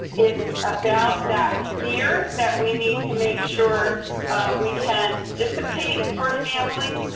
it's about that fear that we need to make sure we can dissipate for families,